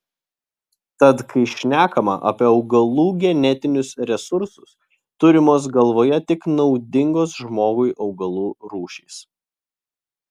tad kai šnekama apie augalų genetinius resursus turimos galvoje tik naudingos žmogui augalų rūšys